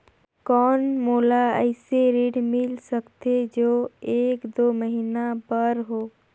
कौन मोला अइसे ऋण मिल सकथे जो एक दो महीना बर हो?